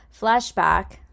flashback